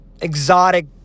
exotic